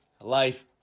Life